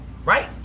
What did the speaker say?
Right